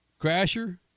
Crasher